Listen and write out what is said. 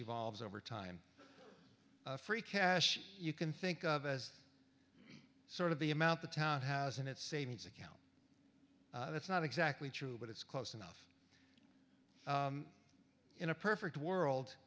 evolves over time free cash you can think of as sort of the amount the townhouse and its savings account that's not exactly true but it's close enough in a perfect world